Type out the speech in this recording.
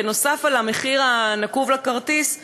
נוסף על המחיר הנקוב לכרטיס,